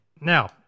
Now